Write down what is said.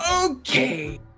okay